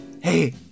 Hey